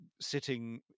sitting